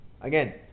again